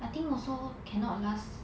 I think also cannot last